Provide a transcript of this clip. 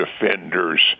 defenders